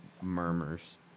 murmurs